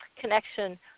connection